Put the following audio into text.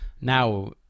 now